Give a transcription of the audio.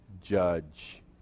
judge